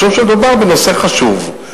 משום שמדובר בנושא חשוב.